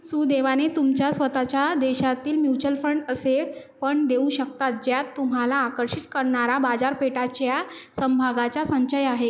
सुदैवाने तुमच्या स्वतःच्या देशातील म्युच्युअल फंड असे फंड देऊ शकतात ज्यात तुम्हाला आकर्षित करणारा बाजारपेठाच्या समभागाचा संचय आहे